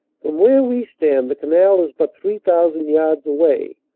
from where we stand the canal is but three thousand yards away,